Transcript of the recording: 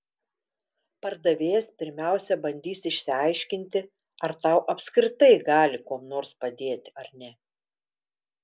pardavėjas pirmiausiai bandys išsiaiškinti ar tau apskritai gali kuom nors padėti ar ne